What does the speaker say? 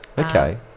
Okay